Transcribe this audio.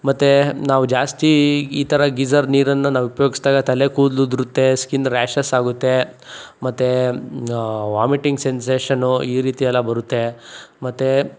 ಮತ್ತೆ ನಾವು ಜಾಸ್ತಿ ಈ ಥರ ಗೀಝರ್ ನೀರನ್ನು ನಾವು ಉಪಯೋಗಿಸ್ದಾಗ ತಲೆ ಕೂದ್ಲು ಉದುರುತ್ತೆ ಸ್ಕಿನ್ ರ್ಯಾಷಸ್ ಆಗುತ್ತೆ ಮತ್ತೆ ವಾಮಿಟಿಂಗ್ ಸೆನ್ಸೇಷನ್ನು ಈ ರೀತಿ ಎಲ್ಲ ಬರುತ್ತೆ ಮತ್ತೆ